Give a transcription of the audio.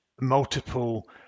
multiple